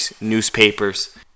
newspapers